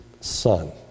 son